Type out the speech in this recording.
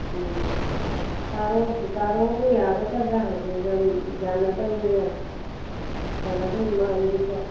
ꯎꯝ ꯇꯥꯔꯣꯕꯨ ꯌꯥꯒꯗ꯭ꯔꯥ ꯍꯧꯖꯤꯛ ꯌꯥꯝ ꯌꯥꯅꯗꯃꯤꯗ ꯌꯥꯅꯗꯧ ꯃꯥꯟꯈꯤꯗ꯭ꯔꯦ